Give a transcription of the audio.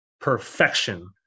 perfection